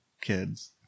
kids